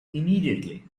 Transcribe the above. immediately